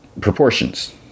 proportions